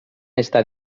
estar